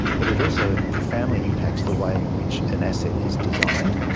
but it also profoundly impacts the way in which an asset is designed.